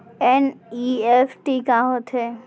NEFT का होथे?